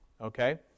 okay